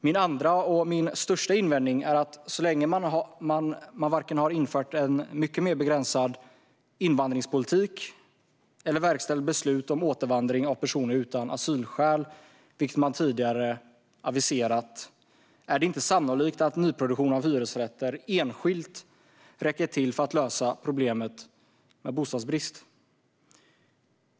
Min andra och viktigaste invändning är att så länge man varken har infört en mycket mer begränsad invandringspolitik eller har verkställt beslut om återvandring av personer utan asylskäl, vilket man tidigare har aviserat, är det inte sannolikt att nyproduktion av hyresrätter enskilt räcker till för att lösa problemet med bostadsbrist.